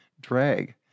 Drag